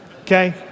Okay